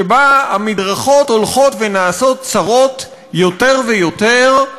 שבה המדרכות הולכות ונעשות צרות יותר ויותר,